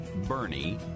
bernie